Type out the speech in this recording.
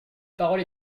parole